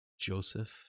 Joseph